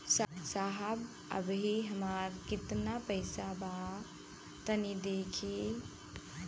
साहब अबहीं हमार कितना पइसा बा तनि देखति?